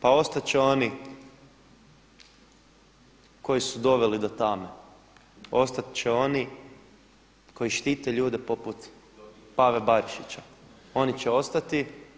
Pa ostat će oni koji su doveli do tame, ostat će oni koji štite ljude poput Pave Barišića, oni će ostati.